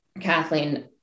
Kathleen